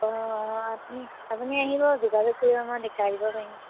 অঁ আপুনি আপুনি আহিব যোগাযোগ কৰিব মই দেখোৱাই দিব পাৰিম